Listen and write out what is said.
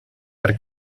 per